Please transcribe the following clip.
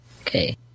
Okay